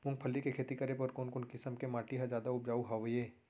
मूंगफली के खेती बर कोन कोन किसम के माटी ह जादा उपजाऊ हवये?